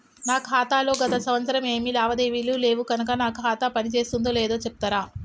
నా ఖాతా లో గత సంవత్సరం ఏమి లావాదేవీలు లేవు కనుక నా ఖాతా పని చేస్తుందో లేదో చెప్తరా?